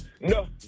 no